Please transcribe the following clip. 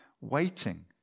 waiting